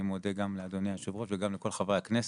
אני מודה גם לאדוני היושב ראש וגם לכל חברי הכנסת.